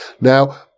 Now